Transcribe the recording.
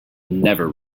never